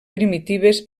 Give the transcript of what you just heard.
primitives